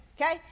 Okay